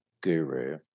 guru